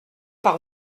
par